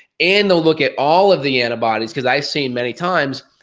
and they'll look at all of the antibodies, cause i seen many times,